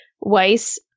Weiss